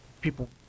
people